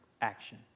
action